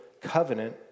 covenant